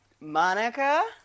Monica